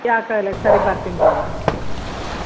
ಯಾಕೆ ಸರಿ ಬರ್ತೀನಿ ತಗೊಳಿ